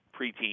preteen